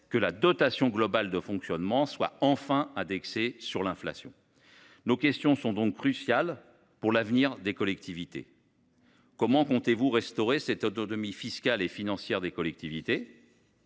–, la dotation globale de fonctionnement doit être enfin indexée sur l’inflation. Nos questions sont donc cruciales pour l’avenir des collectivités : comment comptez-vous restaurer leur autonomie fiscale et financière ? Comment